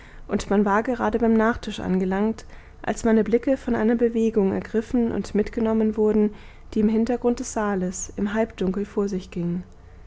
und man war gerade beim nachtisch angelangt als meine blicke von einer bewegung ergriffen und mitgenommen wurden die im hintergrund des saales im halbdunkel vor sich ging